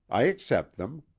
i accept them.